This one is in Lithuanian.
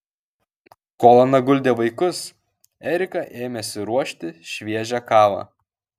kol ana guldė vaikus erika ėmėsi ruošti šviežią kavą